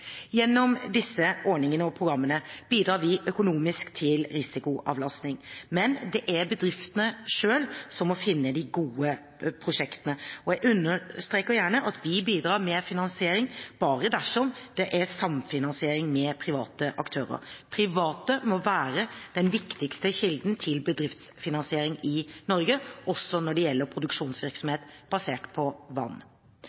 Gjennom disse ordningene og programmene bidrar vi økonomisk til risikoavlastning, men det er bedriftene selv som må finne de gode prosjektene. Jeg understreker gjerne at vi bidrar med finansiering bare dersom det er samfinansiering med private aktører. Private må være den viktigste kilden til bedriftsfinansiering i Norge, også når det gjelder produksjonsvirksomhet basert på vann.